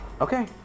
Okay